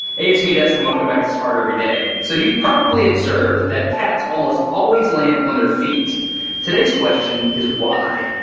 hey it's me destin welcome back to smartereveryday so you've probably observed that cats almost always land on their feet today's question is why.